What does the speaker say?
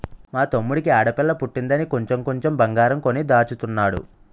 మా తమ్ముడికి ఆడపిల్ల పుట్టిందని కొంచెం కొంచెం బంగారం కొని దాచుతున్నాడు